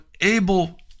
Abel